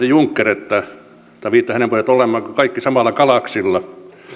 juncker tai viittaan hänen sanomaansa että olemmeko kaikki samalla galaksilla